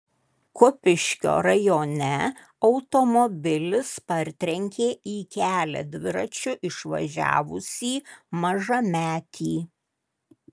kupiškio rajone automobilis partrenkė į kelią dviračiu išvažiavusį mažametį